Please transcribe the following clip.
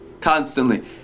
Constantly